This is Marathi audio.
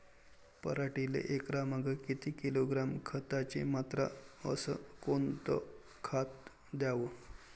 पराटीले एकरामागं किती किलोग्रॅम खताची मात्रा अस कोतं खात द्याव?